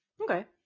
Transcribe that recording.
okay